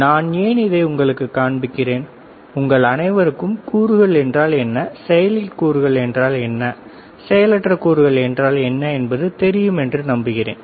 நான் ஏன் இதை உங்களுக்குக் காண்பிக்கிறேன்உங்கள் அனைவருக்கும் கூறுகள் என்றால் என்ன செயலில் உள்ள கூறுகள் என்றால் என்ன செயலற்ற கூறுகள் என்றால் என்ன என்பது தெரியும் என்று நம்புகிறேன்